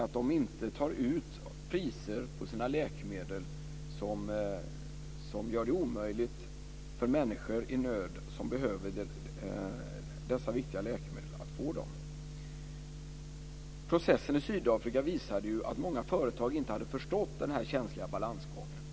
De ska inte ta ut priser på sina läkemedel som gör det omöjligt för människor i nöd som behöver dessa viktiga läkemedel att få tillgång till dem. Processen i Sydafrika visade att många företag inte hade förstått den här känsliga balansgången.